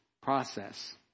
process